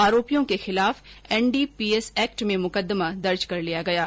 आरोपियों के खिला एनडीपीएस एक्ट में मुकदमा दर्ज कर लिया है